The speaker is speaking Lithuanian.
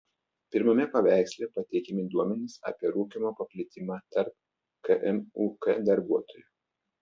pirmame paveiksle pateikiami duomenys apie rūkymo paplitimą tarp kmuk darbuotojų